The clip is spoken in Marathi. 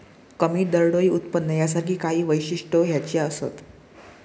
कमी दरडोई उत्पन्न यासारखी काही वैशिष्ट्यो ह्याची असत